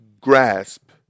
grasp